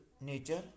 nature